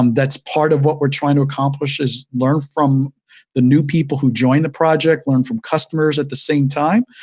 um that's part of what we're trying to accomplish is learn from the new people who join the project, learn from customers at the same time,